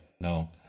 no